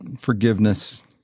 forgiveness